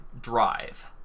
drive